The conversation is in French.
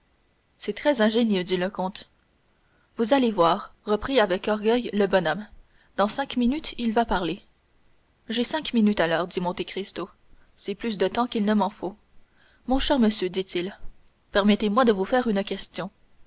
c'est très ingénieux dit le comte vous allez voir reprit avec orgueil le bonhomme dans cinq minutes il va parler j'ai cinq minutes alors dit monte cristo c'est plus de temps qu'il ne m'en faut mon cher monsieur dit-il permettez-moi de vous faire une question